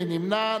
מי נמנע?